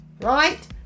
right